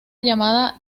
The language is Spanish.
llamada